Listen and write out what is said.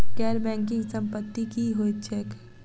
गैर बैंकिंग संपति की होइत छैक?